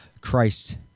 Christ